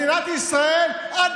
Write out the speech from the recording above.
הם נגד שוויון במדינת ישראל.